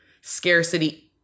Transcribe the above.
scarcity